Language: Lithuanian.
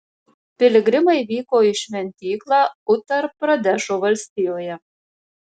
piligrimai vyko į šventyklą utar pradešo valstijoje